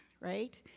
right